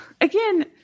again